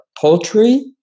poultry